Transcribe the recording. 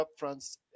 upfronts